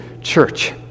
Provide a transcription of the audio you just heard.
church